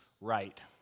right